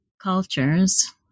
cultures